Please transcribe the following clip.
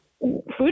Food